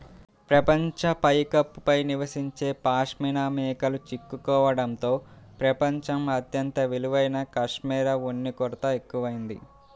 ప్రపంచ పైకప్పు పై నివసించే పాష్మినా మేకలు చిక్కుకోవడంతో ప్రపంచం అత్యంత విలువైన కష్మెరె ఉన్ని కొరత ఎక్కువయింది